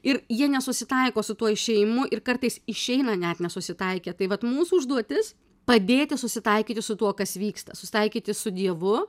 ir jie nesusitaiko su tuo išėjimu ir kartais išeina net nesusitaikę tai vat mūsų užduotis padėti susitaikyti su tuo kas vyksta susitaikyti su dievu